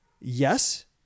yes